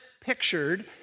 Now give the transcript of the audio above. pictured